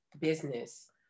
business